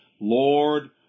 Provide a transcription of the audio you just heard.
Lord